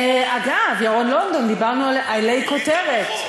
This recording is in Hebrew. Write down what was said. אגב ירון לונדון, דיברנו על "עלי כותרת".